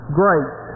great